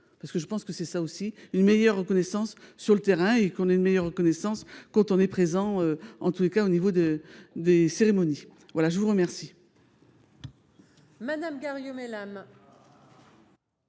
parce que je pense que c'est ça aussi une meilleure reconnaissance sur le terrain et qu'on ait une meilleure connaissance quand on est présent en tous les cas au niveau de des cérémonies. Voilà je vous remercie.